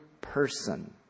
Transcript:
person